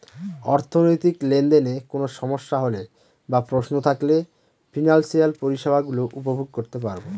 অর্থনৈতিক লেনদেনে কোন সমস্যা হলে বা প্রশ্ন থাকলে ফিনান্সিয়াল পরিষেবা গুলো উপভোগ করতে পারবো